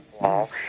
Wall